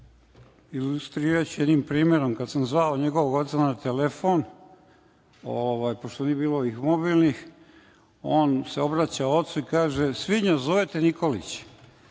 Ilustrovaću to jednim primerom. Kada sam zvao njegovog oca na telefon, pošto nije bilo mobilnih, on se obraća ocu i kaže - svinjo, zove te Nikolić.